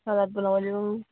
salad বনাব লাগিব